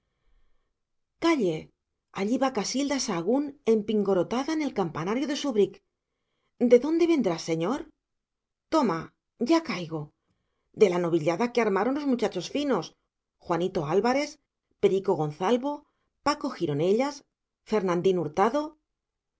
calle allí va casilda sahagún empingorotada en el campanario de su break de dónde vendrá señor toma ya caigo de la novillada que armaron los muchachos finos juanito albares perico gonzalvo paco gironellas fernandín hurtado